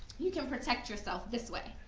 you can protect yourself this way.